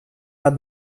pas